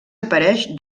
apareix